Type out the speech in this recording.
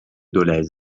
dolez